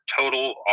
total